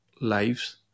lives